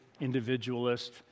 individualist